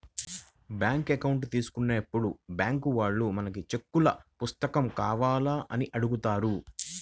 bank account తీసుకున్నప్పుడే bank వాళ్ళు మనకు చెక్కుల పుస్తకం కావాలా అని అడుగుతారు